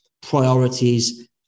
priorities